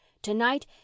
Tonight